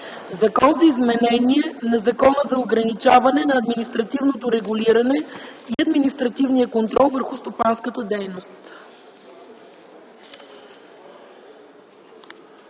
„Закон за изменение на Закона за ограничаване на административното регулиране и административния контрол върху стопанската дейност”.